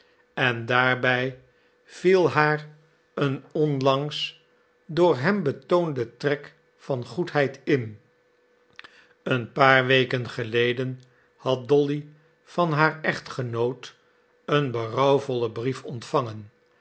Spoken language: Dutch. en daarbij viel haar een onlangs door hem betoonde trek van goedheid in een paar weken geleden had dolly van haar echtgenoot een berouwvollen brief ontvangen